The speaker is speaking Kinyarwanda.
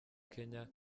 kenya